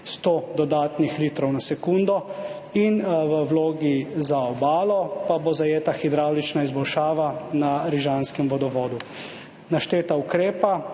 100 dodatnih litrov na sekundo, v vlogi za obalo pa bo zajeta hidravlična izboljšava na Rižanskem vodovodu. Našteta ukrepa